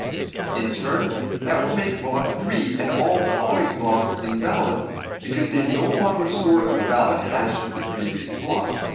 in turn that will make block three and all following blocks invalid because they no longer store a valid hash of the previous block.